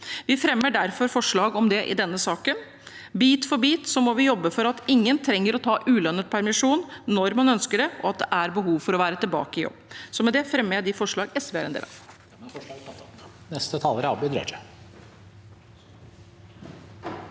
Vi fremmer derfor forslag om det i denne saken. Bit for bit må vi jobbe for at ingen trenger å ta ulønnet permisjon når det man ønsker og har behov for, er å være tilbake i jobb. Med det fremmer jeg de forslag SV er med på.